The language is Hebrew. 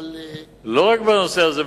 לא רק בנושא הזה,